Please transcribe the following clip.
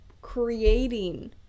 Creating